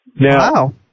Now